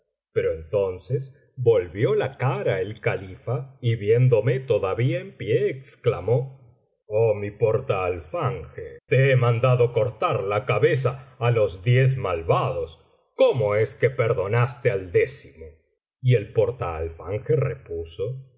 pero entonces volvió la cara el califa y viéndome todavía en pie exclamó oh mi portaalfanje te he mandado cortar la cabeza á los diez malvados cómo es que perdonaste al décimo y el portaalfanje repuso por